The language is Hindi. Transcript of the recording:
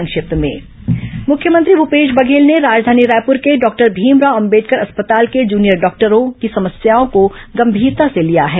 संक्षिप्त समाचार मुख्यमंत्री भूपेश बघेल ने राजधानी रायपुर के डॉक्टर भीमराव अंबेडकर अस्पताल के जूनियर डॉक्टरों की समस्याओं को गंभीरता से लिया है